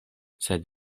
sed